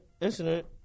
incident